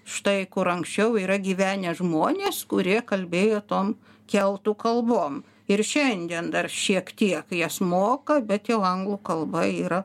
štai kur anksčiau yra gyvenę žmonės kurie kalbėjo tom keltų kalbom ir šiandien dar šiek tiek jas moka bet jau anglų kalba yra